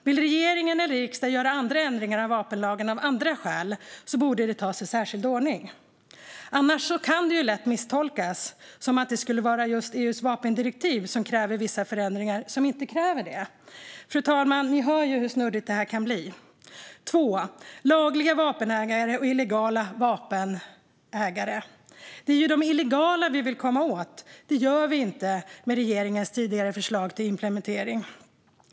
Vill regeringen eller riksdagen göra ändringar i vapenlagen av andra skäl borde det tas i särskild ordning. Annars kan det lätt misstolkas som att det skulle vara EU:s vapendirektiv som kräver vissa förändringar som inte kräver det. Fru talman! Ni hör ju hur snurrigt detta kan bli. Det andra gäller ägare av lagliga vapen och ägare av illegala vapen. Det är de illegala vi vill komma åt. Det gör vi inte med regeringens tidigare förslag till implementering.